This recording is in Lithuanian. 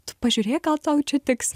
tu pažiūrėk gal tau čia tiks